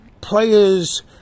players